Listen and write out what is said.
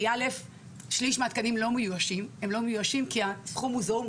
שליש מהתקנים לא מאוישים כי הסכום הוא זעום,